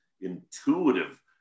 intuitive